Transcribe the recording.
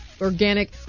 organic